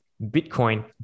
Bitcoin